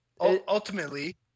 ultimately